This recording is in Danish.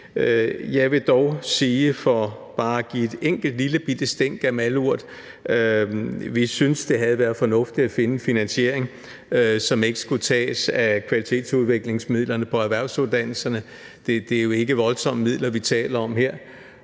Jeg vil dog sige, for bare at give et enkelt lillebitte stænk af malurt, at vi synes, det havde været fornuftigt at finde en finansiering, som ikke skulle tages af kvalitetsudviklingsmidlerne på erhvervsuddannelserne. Det er jo ikke voldsomme midler, vi taler om her,